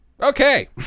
Okay